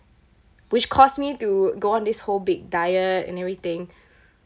which caused me to go on this whole big diet and everything